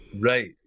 Right